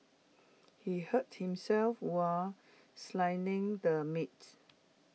he hurt himself while the meat